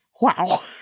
Wow